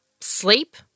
sleep